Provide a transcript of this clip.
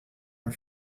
are